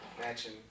matching